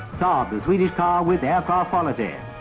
saab, the swedish car with aircraft quality.